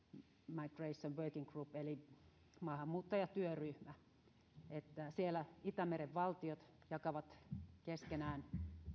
migration working group eli maahanmuuttajatyöryhmä siellä itämeren valtiot jakavat keskenään